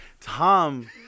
Tom